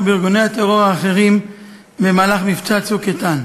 ובארגוני הטרור האחרים במהלך מבצע "צוק איתן".